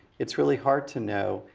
it's really hard to know.